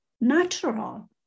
natural